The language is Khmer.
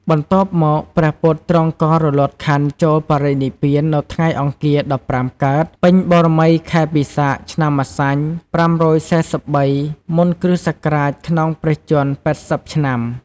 បន្ទាប់មកព្រះពុទ្ធទ្រង់ក៏រលត់ខន្ធចូលបរិនិព្វាននៅថ្ងៃអង្គារ ១៥កើត ពេញបូណ៌មី ខែពិសាខ ឆ្នាំម្សាញ់ ៥៤៣ មុនគ.ស ក្នុងព្រះជន្ម ៨០ ឆ្នាំ។